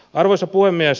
arvoisa puhemies